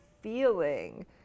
feeling